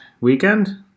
weekend